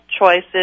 choices